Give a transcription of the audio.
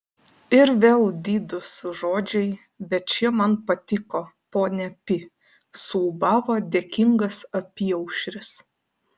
ir vėl didūs žodžiai bet šie man patiko ponia pi suūbavo dėkingas apyaušris